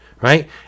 right